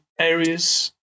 areas